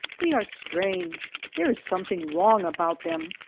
they are strange, there is some thing wrong about them.